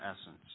essence